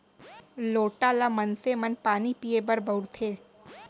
लोटा ल मनसे मन पानी पीए बर बउरथे